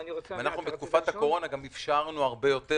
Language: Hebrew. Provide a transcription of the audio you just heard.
בתקופת הקורונה אפשרנו הרבה יותר,